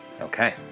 Okay